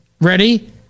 ready